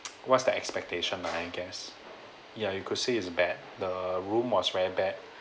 what's the expectation I guess yeah you could say it's bad the room was very bad